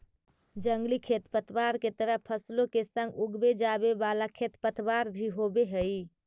जंगली खेरपतवार के तरह फसलों के संग उगवे जावे वाला खेरपतवार भी होवे हई